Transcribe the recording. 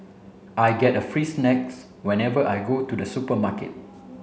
I get a free snacks whenever I go to the supermarket